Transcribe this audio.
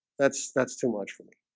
that's that's too much for me